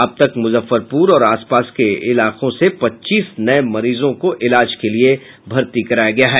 अब तक मुजफ्फरपुर और आस पास के इलाकों से पच्चीस नये मरीजों को इलाज के लिए भर्ती कराया गया है